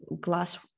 glass